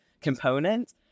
component